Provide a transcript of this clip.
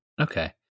Okay